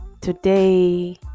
today